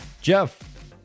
Jeff